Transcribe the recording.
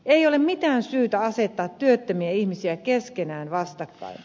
ei ole mitään syytä asettaa työttömiä ihmisiä keskenään vastakkain